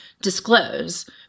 disclose